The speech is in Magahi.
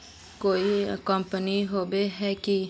कोई कंपनी होबे है की?